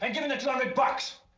and give me the two hundred bucks!